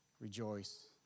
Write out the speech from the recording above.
rejoice